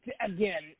Again